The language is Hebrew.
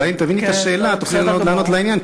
אולי אם תביני את השאלה תוכלי לענות לעניין,